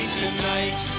tonight